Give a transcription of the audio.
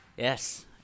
Yes